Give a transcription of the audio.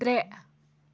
ترٛےٚ